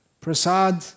Prasad